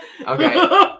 Okay